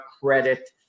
credit